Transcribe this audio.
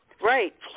Right